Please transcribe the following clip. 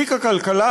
תיק הכלכלה,